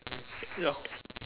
ya